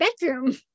bedroom